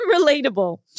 relatable